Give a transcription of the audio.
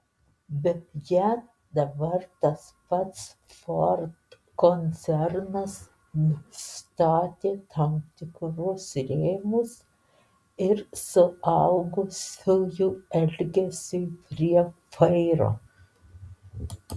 beje dabar tas pats ford koncernas nustatė tam tikrus rėmus ir suaugusiųjų elgesiui prie vairo